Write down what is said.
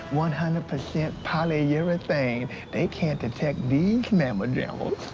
one hundred percent polyurethane. they can't detect these mamajamas.